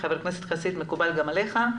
חבר הכנסת חסיד, מקובל גם עליך?